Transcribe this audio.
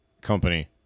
company